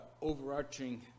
overarching